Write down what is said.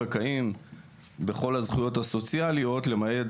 זכאים בכל הזכויות הסוציאליות למעט,